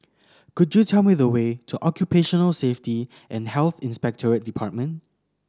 could you tell me the way to Occupational Safety and Health Inspectorate Department